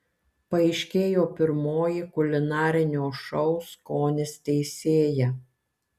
paaiškėjo pirmoji kulinarinio šou skonis teisėja